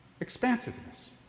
expansiveness